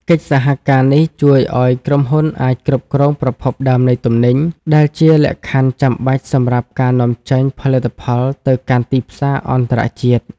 កិច្ចសហការនេះជួយឱ្យក្រុមហ៊ុនអាចគ្រប់គ្រងប្រភពដើមនៃទំនិញ ដែលជាលក្ខខណ្ឌចាំបាច់សម្រាប់ការនាំចេញផលិតផលទៅកាន់ទីផ្សារអន្តរជាតិ។